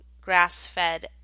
grass-fed